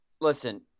listen